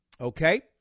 Okay